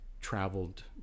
traveled